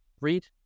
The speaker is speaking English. read